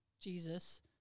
Jesus